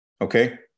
Okay